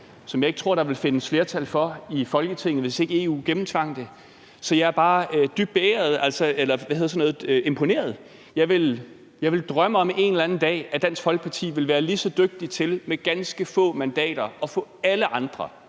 som jeg ikke tror der ville findes flertal for i Folketinget, hvis ikke EU gennemtvang det. Så jeg er bare dybt imponeret. Jeg ville drømme om, at Dansk Folkeparti en eller anden dag ville være lige så dygtige til med ganske få mandater at få alle andre